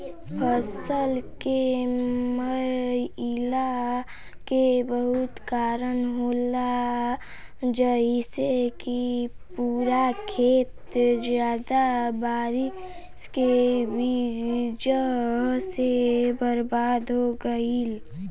फसल के मरईला के बहुत कारन होला जइसे कि पूरा खेत ज्यादा बारिश के वजह से बर्बाद हो गईल